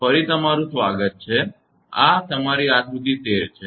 ફરી તમારુ સ્વાગત છે આ તમારી આકૃતિ 13 છે